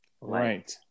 Right